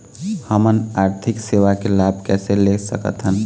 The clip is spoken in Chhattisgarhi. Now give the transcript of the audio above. हमन आरथिक सेवा के लाभ कैसे ले सकथन?